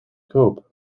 koop